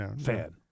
fan